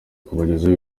kubagezaho